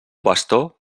bastó